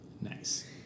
Nice